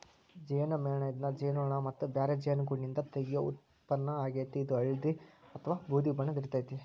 ಜೇನುಮೇಣ ಇದನ್ನ ಜೇನುನೋಣ ಮತ್ತ ಬ್ಯಾರೆ ಜೇನುಗೂಡ್ನಿಂದ ತಗಿಯೋ ಉತ್ಪನ್ನ ಆಗೇತಿ, ಇದು ಹಳ್ದಿ ಅತ್ವಾ ಬೂದಿ ಬಣ್ಣ ಇರ್ತೇತಿ